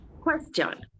Question